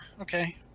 okay